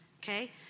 Okay